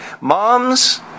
moms